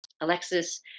Alexis